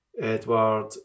Edward